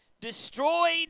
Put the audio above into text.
destroyed